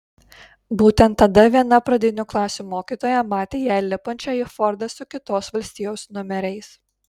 būtent tada viena pradinių klasių mokytoja matė ją lipančią į fordą su kitos valstijos numeriais